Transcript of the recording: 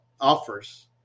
offers